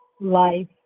life